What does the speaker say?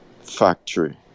factory